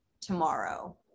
tomorrow